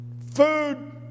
food